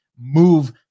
move